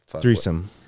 Threesome